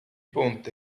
ponte